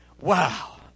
Wow